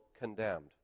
condemned